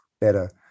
better